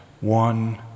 one